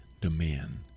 demand